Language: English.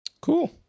cool